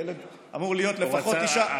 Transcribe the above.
הילד, אמורים להיות לפחות תשעה חודשים.